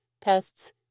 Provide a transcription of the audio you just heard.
pests